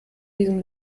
diesem